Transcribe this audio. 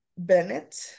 Bennett